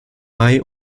mai